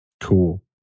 Cool